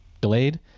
delayed